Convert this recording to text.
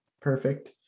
Perfect